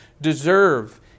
deserve